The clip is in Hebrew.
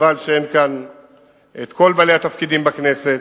חבל שלא כל בעלי התפקידים בכנסת